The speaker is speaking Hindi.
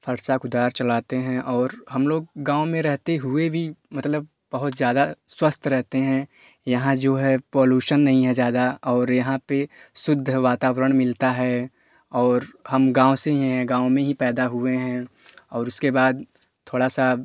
फरसा कुदाल चलाते हैं और हम लोग गाँव में रहते हुए भी मतलब बहुत ज्यादा स्वस्थ रहते हैं यहाँ जो है पॉलूशन नहीं है ज्यादा और यहाँ पर शुद्ध वातावरण मिलता है और हम गाँव से ही हैं गाँव में ही पैदा हुए हैं और उसके बाद थोड़ा सा